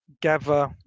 gather